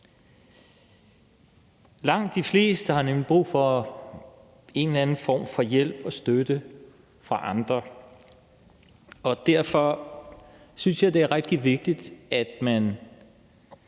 Langt de fleste har nemlig brug for en eller anden form for hjælp og støtte fra andre. Derfor synes jeg, at det er rigtig vigtigt, at man